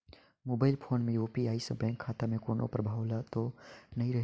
Mobile phone मे UPI से bank खाता मे कोनो प्रभाव तो नइ रही?